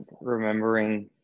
remembering